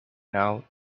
now